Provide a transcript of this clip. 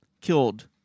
killed